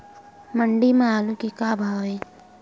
मंडी म आलू के का भाव हे?